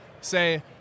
say